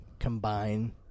Combine